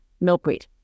milkweed